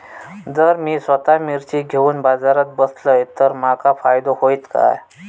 जर मी स्वतः मिर्ची घेवून बाजारात बसलय तर माका फायदो होयत काय?